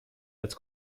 als